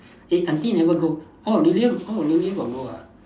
eh aunty never go orh William orh William got go ah